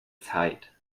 zeit